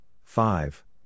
five